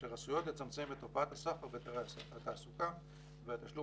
אשר עשויות לצמצם את תופעת הסחר בתעסוקה והתשלום